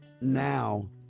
now